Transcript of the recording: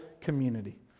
community